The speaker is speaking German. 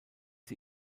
sie